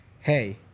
Hey